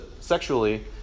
sexually